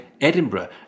Edinburgh